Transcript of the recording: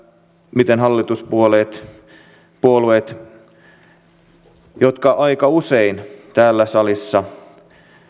miten hallituspuolueet jotka aika usein täällä salissa